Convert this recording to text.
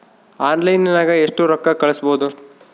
ಆನ್ಲೈನ್ನಾಗ ಎಷ್ಟು ರೊಕ್ಕ ಕಳಿಸ್ಬೋದು